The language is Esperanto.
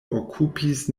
okupis